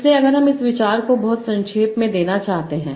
इसलिए अगर हम इस विचार को बहुत संक्षेप में देना चाहते हैं